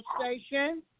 station